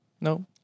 No